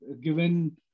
given